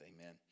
Amen